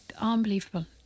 unbelievable